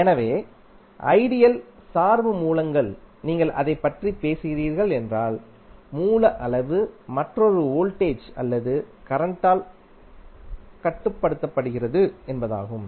எனவே ஐடியல் சார்பு மூலங்கள் நீங்கள் அதைப் பற்றி பேசுகிறீர்கள் என்றால் மூல அளவு மற்றொரு வோல்டேஜ் அல்லது கரண்ட்டால் கட்டுப்படுத்தப்படுகிறது என்பதாகும்